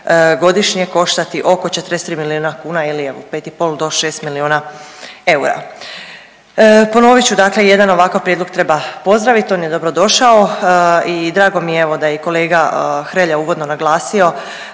godišnje koštati oko 43 milijuna kuna ili 5 i pol do 6 milijuna eura. Ponovit ću dakle, jedan ovakav prijedlog treba pozdraviti, on je dobro došao i drago mi je evo da je i kolega Hrelja uvodno naglasio